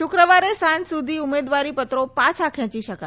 શુક્રવારે સાંજ સુધી ઉમેદવારીપત્રો પાંછા ખેંચી શકાશે